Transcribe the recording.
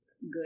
good